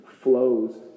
flows